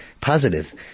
positive